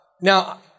Now